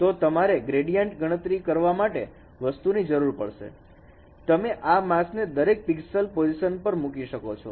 તો તમારે ગ્રેડીએન્ટ ગણતરી માટે વસ્તુની જરૂર પડશે તમે આ માસ્ક ને દરેક પિક્સેલ પોઝીશન પર મૂકી શકો છો